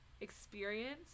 experience